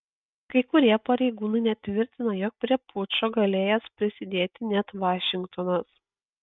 kai kurie pareigūnai net tvirtina jog prie pučo galėjęs prisidėti net vašingtonas